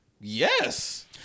Yes